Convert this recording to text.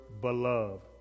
beloved